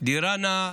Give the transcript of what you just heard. דירה נאה,